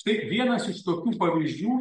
štai vienas iš tokių pavyzdžių